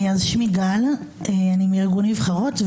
שמי גל מארגון "נבחרות".